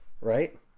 right